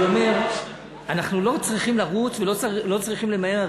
אני אומר: אנחנו לא צריכים לרוץ ולא צריכים למהר.